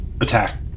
attack